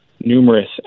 numerous